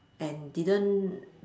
and didn't